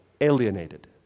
alienated